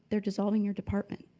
they're dissolving your department.